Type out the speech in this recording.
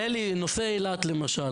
אלי, בנושא אילת, למשל.